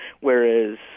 Whereas